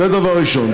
זה דבר ראשון.